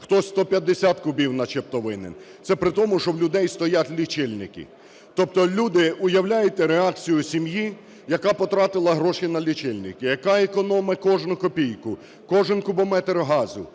хтось 150 кубів начебто винен. Це при тому, що в людей стоять лічильники. Тобто люди, уявляєте реакцію сім'ї, яка потратила гроші на лічильники, яка економить кожну копійку, кожен кубометр газу,